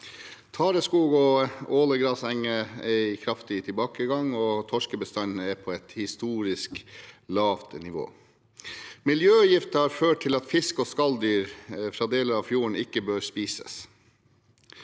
Tareskog og ålegrasenger er i kraftig tilbakegang, og torskebestanden er på et historisk lavt nivå. Miljøgifter har ført til at fisk og skalldyr fra deler av fjorden ikke bør spises.